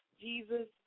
Jesus